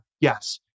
Yes